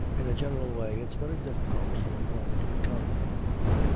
in a general way it's very difficult for one to become remarkable.